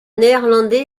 néerlandais